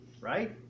Right